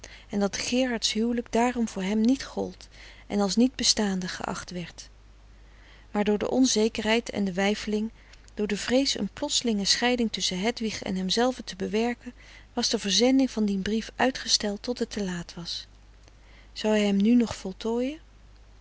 en dat gerards huwelijk daarom voor hem niet gold en als niet bestaande geacht werd maar door de onzekerheid en de weifeling door de vrees een plotselinge scheiding tusschen hedwig en hemzelven te bewerken was de verzending van dien brief uitgesteld tot het te laat was zou hij hem nu nog voltooien